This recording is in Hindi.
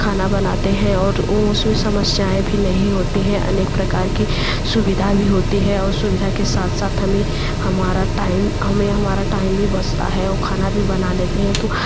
खाना बनाते हैं और उसमें समस्याएँ भी नहीं होती है अनेक प्रकार की सुविधा भी होती है और सुविधा के साथ साथ हमें हमारा टाइम हमें हमारा टाइम भी बचता है वह खाना भी बना लेते हैं